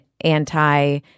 anti